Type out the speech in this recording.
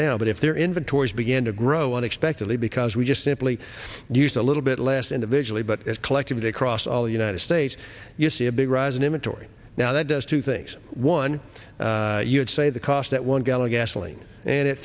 down but if their inventories begin to grow unexpectedly because we just simply use a little bit less individually but collectively across all the united states you see a big rise in him a tory now that does two things one you'd say the cost at one gallon gasoline and at